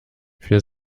für